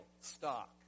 stock